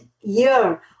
year